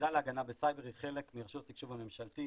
היחידה להגנה בסייבר היא חלק מרשות התקשוב הממשלתי,